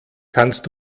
kannst